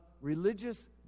religious